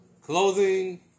Clothing